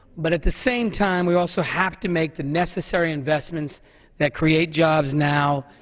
but at the same time, we also have to make the necessary investments that create jobs now,